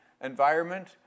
environment